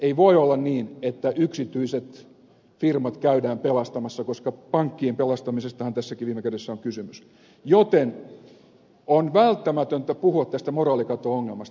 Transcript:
ei voi olla niin että yksityiset firmat käydään pelastamassa koska pankkien pelastamisestahan tässäkin viime kädessä on kysymys joten on välttämätöntä puhua tästä moraalikato ongelmasta